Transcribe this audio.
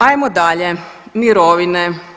Ajmo dalje, mirovine.